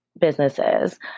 businesses